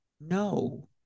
No